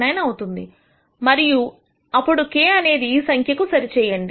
0399 అవుతుంది మరియు అప్పుడు k అనేదిఈ సంఖ్యకు సరి చేయండి